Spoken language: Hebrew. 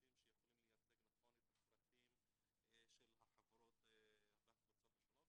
האנשים שיכולים לייצג נכון את הצרכים של החברות והקבוצות השונות,